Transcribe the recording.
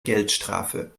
geldstrafe